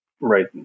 right